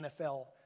NFL